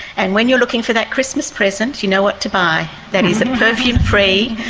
and when you are looking for that christmas present, you know what to buy that is a perfume-free,